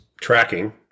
tracking